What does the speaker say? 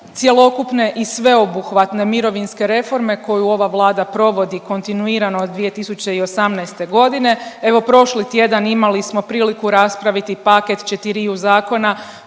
cjelokupne i sveobuhvatne mirovinske reforme koju ova Vlada provodio kontinuirano od 2018. godine. Evo prošli tjedan imali smo priliku raspraviti paket četiriju zakona